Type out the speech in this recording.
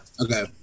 Okay